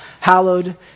hallowed